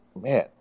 man